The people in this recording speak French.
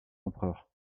empereurs